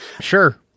Sure